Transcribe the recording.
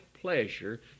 pleasure